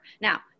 Now